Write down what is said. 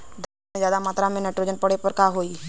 धान में ज्यादा मात्रा पर नाइट्रोजन पड़े पर का होई?